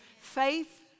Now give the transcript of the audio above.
Faith